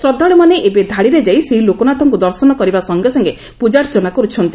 ଶ୍ରଦ୍ଧାଳୁମାନେ ଏବେ ଧାଡିରେଯାଇ ଶ୍ରୀଲୋକନାଥଙ୍କୁ ଦର୍ଶନ କରିବା ସଙ୍ଗେ ସଙ୍ଗେ ପ୍ରଜାର୍ଚ୍ଚନା କରୁଛନ୍ତି